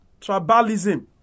tribalism